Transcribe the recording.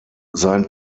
sein